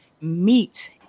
meet